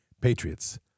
Patriots